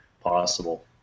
possible